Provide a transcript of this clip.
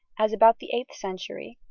as, about the eighth century,